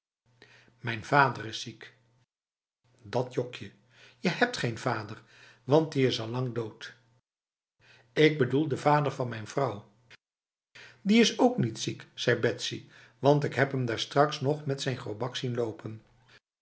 mijn vader is ziek dat jok je je hebt geen vader want die is allang dood ik bedoel de vader van mijn vrouw die is ook niet ziek zei betsy want ik heb hem daarstraks nog met zijn grobak zien lopen